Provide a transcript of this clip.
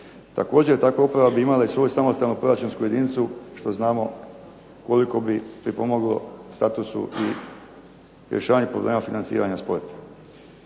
Također, takva uprava bi imala i svoju samostalnu proračunsku jedinicu što znamo koliko bi pripomoglo statusu i rješavanju problema financiranja sporta.